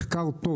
מחקר טוב,